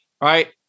right